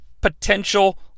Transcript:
potential